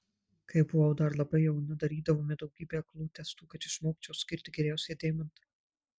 kai buvau dar labai jauna darydavome daugybę aklų testų kad išmokčiau atskirti geriausią deimantą